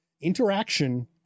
interaction